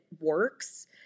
works